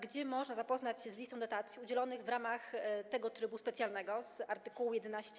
Gdzie można zapoznać się z listą dotacji udzielonych w ramach trybu specjalnego z art. 11b?